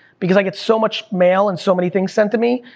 because i get so much mail and so many things sent to me,